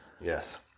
Yes